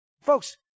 folks